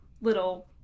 little